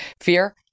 fear